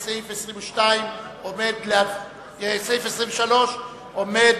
ההסתייגות של קבוצת סיעת חד"ש וקבוצת סיעת מרצ לסעיף 23 לא נתקבלה.